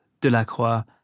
Delacroix